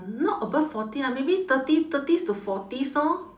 not above forty ah maybe thirty thirties to forties orh